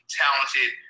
talented